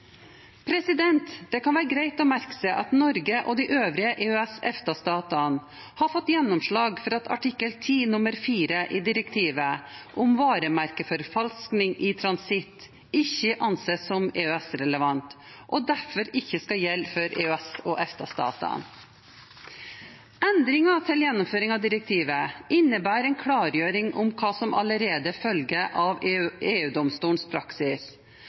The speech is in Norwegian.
Det kan være greit å merke seg at Norge og de øvrige EØS-/EFTA-statene har fått gjennomslag for at artikkel 10 nr. 4 i direktivet om varemerkeforfalskning i transitt, ikke anses som EØS-relevant og derfor ikke skal gjelde for EØS-/EFTA-statene. Endringene til gjennomføring av direktivet innebærer en klargjøring av hva som allerede følger av EU-domstolens praksis,